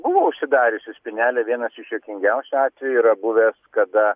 buvo užsidariusiusi spynelė vienas iš juokingiausių atvejų yra buvęs kada